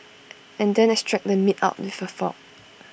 and then extract the meat out with A fork